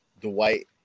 Dwight